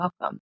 welcome